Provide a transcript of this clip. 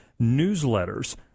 newsletters